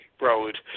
Road